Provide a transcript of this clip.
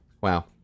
Wow